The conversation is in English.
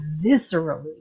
viscerally